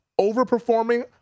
overperforming